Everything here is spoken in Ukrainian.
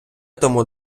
тому